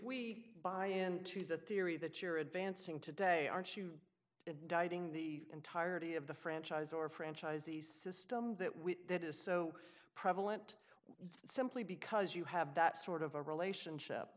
we buy into the theory that you're advancing today aren't you dieting the entirety of the franchise or franchisees system that we that is so prevalent simply because you have that sort of a relationship